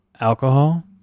alcohol